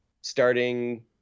starting